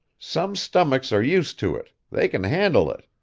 some stomachs are used to it they can handle it.